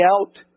out